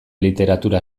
literatura